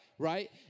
Right